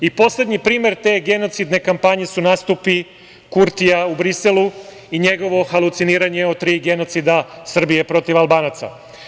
Poslednji primer te genocidne kampanje su nastupi Kurtija u Briselu i njegovo haluciniranje o tri genocida Srbije protiv Albanaca.